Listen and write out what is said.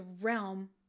realm